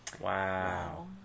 Wow